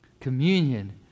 Communion